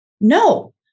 No